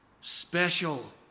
special